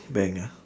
bank ah